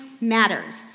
matters